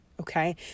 Okay